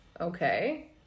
okay